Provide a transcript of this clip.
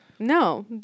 No